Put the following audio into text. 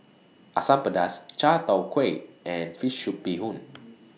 Asam Pedas Chai Tow Kuay and Fish Soup Bee Hoon